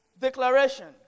Declaration